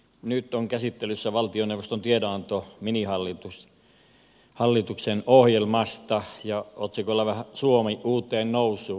nyt on käsittelyssä valtioneuvoston tiedonanto minihallituksen ohjelmasta otsikolla suomi uuteen nousuun